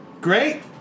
Great